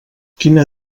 quina